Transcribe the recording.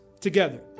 together